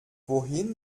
wohin